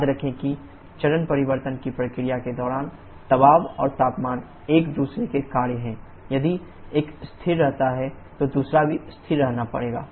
याद रखें कि चरण परिवर्तन की प्रक्रिया के दौरान दबाव और तापमान एक दूसरे के कार्य हैं यदि एक स्थिर रहता है तो दूसरे को भी स्थिर रहना पड़ता है